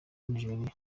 nigeria